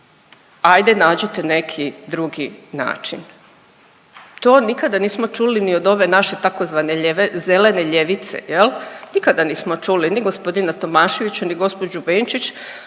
ajde nađite neki drugi način. To nikada nismo čuli ni od ove naše tzv. zelene ljevice, nikada nismo čuli ni g. Tomaševića, ni gospođu Benčić